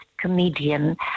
comedian